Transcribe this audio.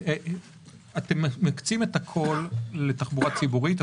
אתם מקצים את הכול לתחבורה ציבורית,